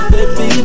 Baby